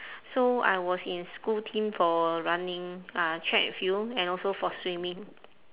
so I was in school team for running uh track and field and also for swimming